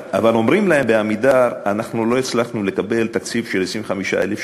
אבל אומרים להם ב"עמידר": אנחנו לא הצלחנו לקבל תקציב של 25,000 שקלים.